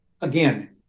again